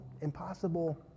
impossible